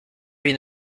une